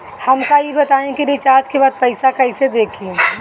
हमका ई बताई कि रिचार्ज के बाद पइसा कईसे देखी?